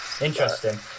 interesting